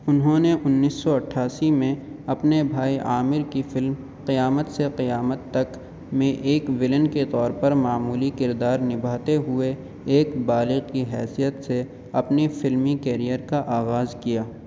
انہوں نے انیس سو اٹھاسی میں اپنے بھائی عامر کی فلم قیامت سے قیامت تک میں ایک ولن کے طور پر معمولی کردار نبھاتے ہوئے ایک بالغ کی حیثیت سے اپنی فلمی کیریئر کا آغاز کیا